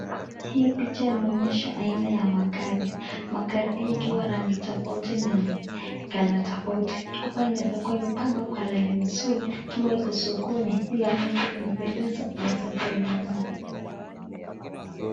Hii picha inaonyesha aina ya magari, magari ikiwa na rangi tafauti na kala tafauti hapa imepangwa kwa laini nzuri ikiwa iko sokoni